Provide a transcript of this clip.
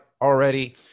already